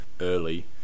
early